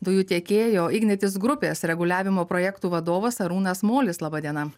dujų tiekėjo ignitis grupės reguliavimo projektų vadovas arūnas molis laba diena